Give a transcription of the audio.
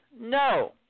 no